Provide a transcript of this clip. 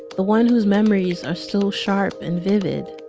the one whose memories are still sharp and vivid.